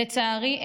לצערי,